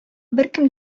беркем